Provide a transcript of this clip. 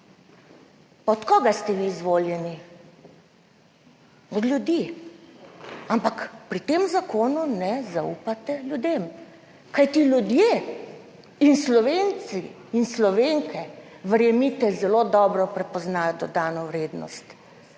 od koga ste vi izvoljeni? Od ljudi. Ampak pri tem zakonu ne zaupate ljudem, kajti ljudje in Slovenci in Slovenke, verjemite, zelo dobro prepoznajo dodano vrednost.